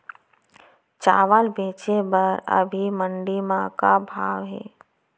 चांवल बेचे बर अभी मंडी म का भाव हे?